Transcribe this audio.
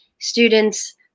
students